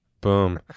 Boom